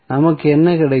நமக்கு என்ன கிடைக்கும்